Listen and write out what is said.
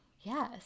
Yes